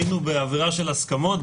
היינו עד עכשיו באווירה של הסכמות,